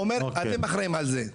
הוא אומר אתם אחראיים על זה.